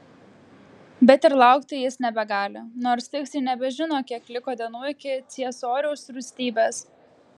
bet ir laukti jis nebegali nors tiksliai nebežino kiek liko dienų iki ciesoriaus rūstybės